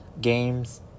games